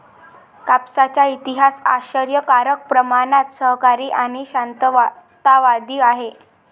कापसाचा इतिहास आश्चर्यकारक प्रमाणात सहकारी आणि शांततावादी आहे